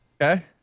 Okay